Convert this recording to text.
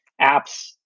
apps